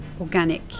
organic